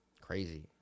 crazy